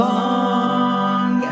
long